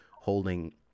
holding